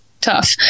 tough